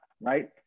right